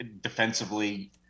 defensively